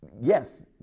Yes